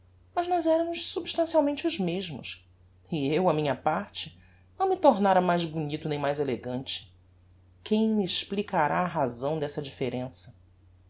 mas nós eramos substancialmente os mesmos e eu á minha parte não me tornára mais bonito nem mais elegante quem me explicará a razão dessa differença